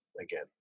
again